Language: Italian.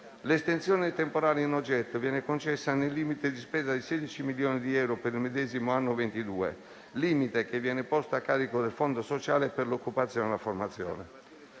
L'estensione temporale in oggetto viene concessa nel limite di spesa di 16 milioni di euro per il medesimo anno 2022, che viene posto a carico del fondo sociale per l'occupazione e la formazione.